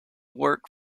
work